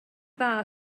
dda